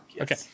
Okay